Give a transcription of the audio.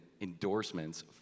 endorsements